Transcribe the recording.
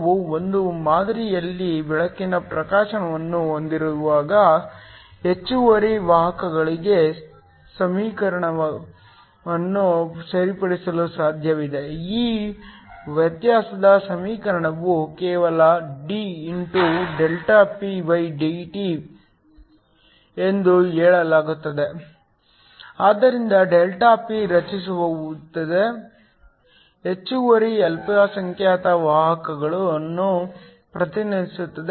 ನಾವು ಒಂದು ಮಾದರಿಯಲ್ಲಿ ಬೆಳಕಿನ ಪ್ರಕಾಶವನ್ನು ಹೊಂದಿರುವಾಗ ಹೆಚ್ಚುವರಿ ವಾಹಕಗಳಿಗೆ ಸಮೀಕರಣವನ್ನು ಸರಿಪಡಿಸಲು ಸಾಧ್ಯವಿದೆ ಈ ವ್ಯತ್ಯಾಸದ ಸಮೀಕರಣವು ಕೇವಲ d ΔPdt ಎಂದು ಹೇಳುತ್ತದೆ ಆದ್ದರಿಂದ ΔP ರಚಿಸಿದ ಹೆಚ್ಚುವರಿ ಅಲ್ಪಸಂಖ್ಯಾತ ವಾಹಕಗಳನ್ನು ಪ್ರತಿನಿಧಿಸುತ್ತದೆ